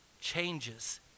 changes